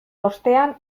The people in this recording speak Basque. ostean